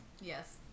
Yes